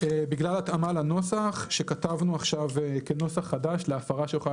בגלל התאמה לנוסח שכתבנו עכשיו כנוסח חדש להפרה שיכולה